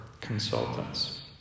consultants